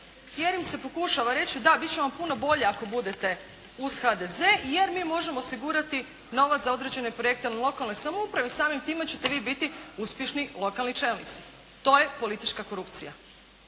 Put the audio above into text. jer im se pokušava reći, da biti ćemo puno bolji ako budete uz HDZ jer mi možemo osigurati novac za određene projekte na lokalnoj samoupravi, samim time ćete vi biti uspješni lokalni čelnici. To je politička korupcija.